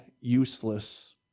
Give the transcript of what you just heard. useless